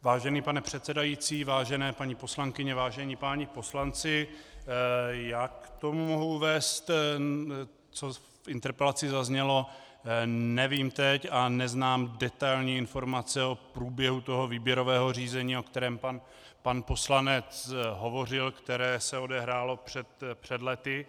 Vážený pane předsedající, vážené paní poslankyně, vážení páni poslanci, k tomu mohu uvést, co v interpelaci zaznělo, nevím teď a neznám detailní informace o průběhu výběrového řízení, o kterém pan poslanec hovořil, které se odehrálo před lety.